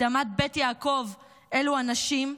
הקדמת "בית יעקב" אלו הנשים,